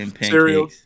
cereal